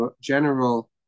general